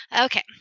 Okay